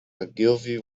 ogilvy